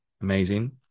amazing